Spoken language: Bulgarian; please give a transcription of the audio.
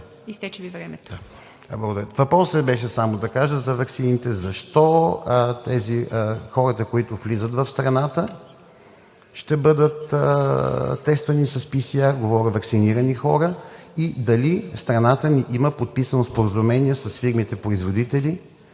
Въпросът беше само да кажа за ваксините: защо хората, които влизат в страната, ще бъдат тествани с PCR, говоря за ваксинирани хора? Дали страната ни има подписано споразумение с фирмите производители